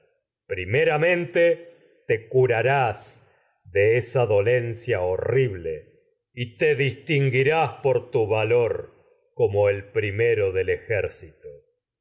primeramente te curarás de ble y dolencia horri primero del es te distinguirás a por tu valor como el ejército